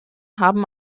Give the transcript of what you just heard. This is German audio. haben